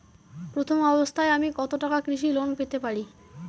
প্রথম অবস্থায় আমি কত টাকা কৃষি লোন পেতে পারি?